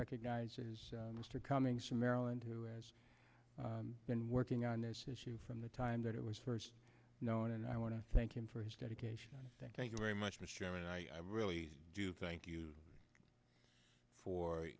recognizes mr cummings from maryland who has been working on this issue from the time that it was first known and i want to thank him for his dedication thank you very much mr chairman i really do thank you for